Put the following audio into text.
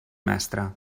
mestre